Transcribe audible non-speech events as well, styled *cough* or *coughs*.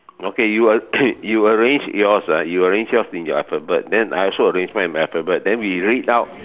okay you a~ *coughs* you arrange yours ah you arrange yours in your alphabet then I also arrange mine in my alphabet then we read out